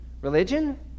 religion